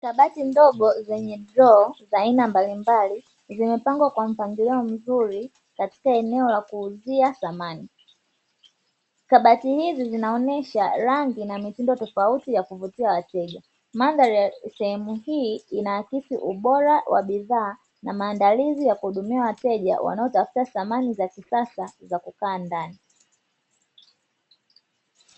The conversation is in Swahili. Kabati ndogo zenye droo za aina mbalimbali, zimepangwa kwa mpangilio mzuri katika eneo la kuuzia thamani. Kabati hizi zinaonyesha rangi na mitindo tofauti ya kuvutia wateja. Mandhari ya sehemu hii, inaakisi ubora wa bidhaa na maandalizi ya kuhudumia wateja, wanaotafuta samani za kisasa za kukaa ndani.